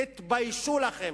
תתביישו לכם.